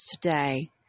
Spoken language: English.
today